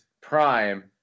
prime